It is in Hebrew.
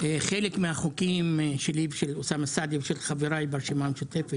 חלק מהחוקים שלי ושל אוסאמה סעדי ושל חבריי ברשימה המשותפת,